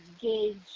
gauge